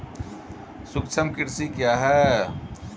सूक्ष्म कृषि क्या है?